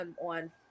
on